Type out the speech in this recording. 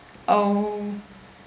oh